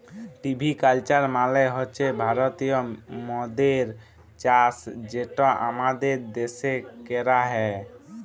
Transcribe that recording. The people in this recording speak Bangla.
ভিটি কালচার মালে হছে ভারতীয় মদের চাষ যেটা আমাদের দ্যাশে ক্যরা হ্যয়